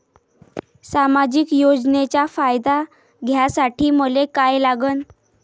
सामाजिक योजनेचा फायदा घ्यासाठी मले काय लागन?